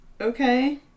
Okay